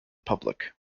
public